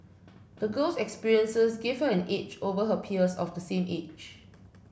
the girl's experiences gave her an edge over her peers of the same age